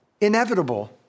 inevitable